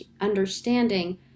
understanding